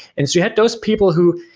and you had those people who